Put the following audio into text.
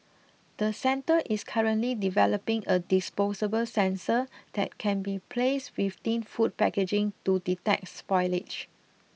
the centre is currently developing a disposable sensor that can be placed within food packaging to detect spoilage